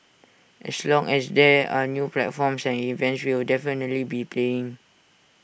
as long as there are new platforms and events we'll definitely be paying